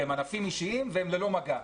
שהם ענפים אישיים והם ללא מגע.